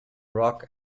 rock